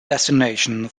destination